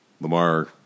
Lamar